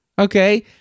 okay